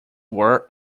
were